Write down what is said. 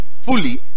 fully